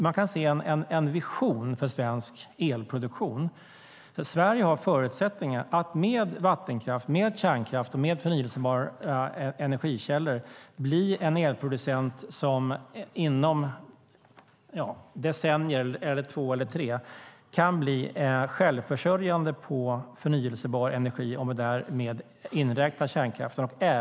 Man kan se en vision för svensk elproduktion där Sverige har förutsättningar att med vattenkraft, kärnkraft, förnybara energikällor bli en elproducent som inom två eller tre decennier kan bli självförsörjande på förnybar energi, om vi däri inräknar kärnkraften.